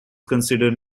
considered